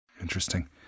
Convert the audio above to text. Interesting